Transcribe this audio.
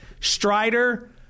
Strider